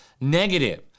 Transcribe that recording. negative